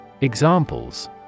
Examples